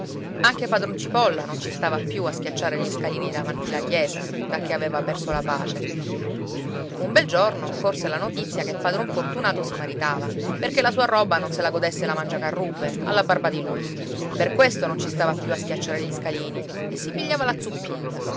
anche padron cipolla non ci stava più a schiacciare gli scalini davanti la chiesa dacché aveva perso la pace un bel giorno corse la notizia che padron fortunato si maritava perché la sua roba non se la godesse la mangiacarrubbe alla barba di lui per questo non ci stava più a schiacciare gli scalini e si pigliava la